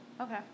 Okay